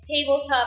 tabletop